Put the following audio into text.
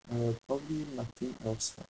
uh probably nothing else lah